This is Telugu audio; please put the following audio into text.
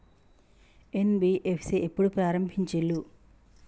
ఎన్.బి.ఎఫ్.సి ఎప్పుడు ప్రారంభించిల్లు?